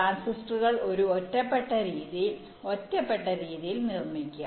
ട്രാൻസിസ്റ്ററുകൾ ഒരു ഒറ്റപ്പെട്ട രീതിയിൽ ഒറ്റപ്പെട്ട രീതിയിൽ നിർമ്മിക്കുക